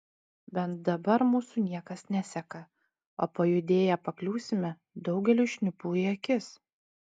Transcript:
bent dabar mūsų niekas neseka o pajudėję pakliūsime daugeliui šnipų į akis